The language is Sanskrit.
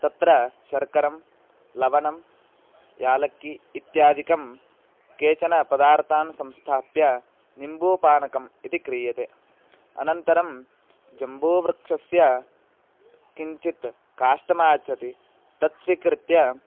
तत्र शर्करः लवणं यालक्कि इत्यादिकं केचन पदार्थान् संस्थाप्य निम्बूपानकम् इति क्रियते अनन्तरं जम्बूवृक्षस्य किञ्चित् काष्ठमागच्छति तत् स्वीकृत्य